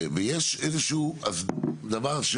ויש איזשהו דבר,